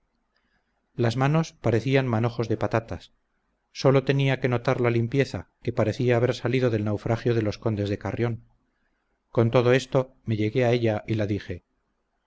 las manos parecían manojos de patatas solo tenía que notar la limpieza que parecía haber salido del naufragio de los condes de carrión con todo esto me llegué a ella y la dije